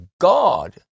God